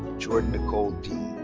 jordan nicole dean.